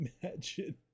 imagine